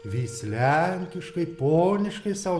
vis lenkiškai poniškai sau